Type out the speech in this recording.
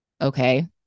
Okay